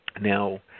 Now